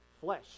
flesh